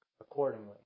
accordingly